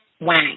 Wang